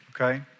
Okay